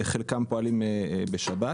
חלקם פועלים בשבת.